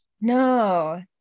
No